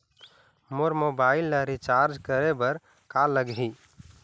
मोर mobile ला recharge करे बर का लगही?